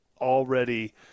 already